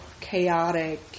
chaotic